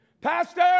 Pastor